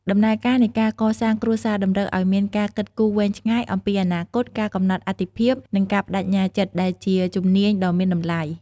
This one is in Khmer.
ដំណើរការនៃការកសាងគ្រួសារតម្រូវឱ្យមានការគិតគូរវែងឆ្ងាយអំពីអនាគត ការកំណត់អាទិភាព និងការប្តេជ្ញាចិត្ត ដែលជាជំនាញដ៏មានតម្លៃ។